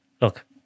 look